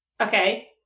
Okay